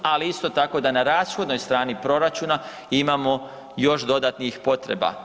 Ali isto tako da na rashodnoj strani proračuna imamo još dodatnih potreba.